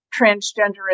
transgenderism